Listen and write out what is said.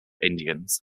indians